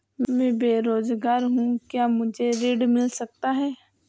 मैं बेरोजगार हूँ क्या मुझे ऋण मिल सकता है?